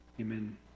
amen